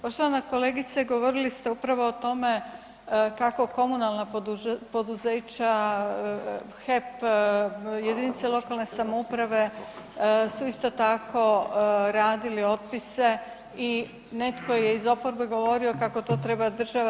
Poštovana kolegice govorili ste upravo o tome kako komunalna poduzeća HEP, jedinice lokalne samouprave su isto tako radili opise i netko je iz oporbe govorio kako to treba država.